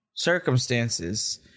Circumstances